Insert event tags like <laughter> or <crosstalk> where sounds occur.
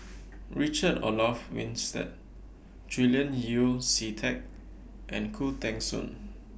<noise> Richard Olaf Winstedt Julian Yeo See Teck and Khoo Teng Soon